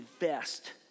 invest